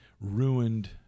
ruined